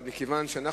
אבל מכיוון שאנחנו,